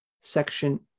Section